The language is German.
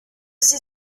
sie